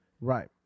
right